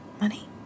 Money